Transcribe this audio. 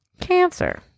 cancer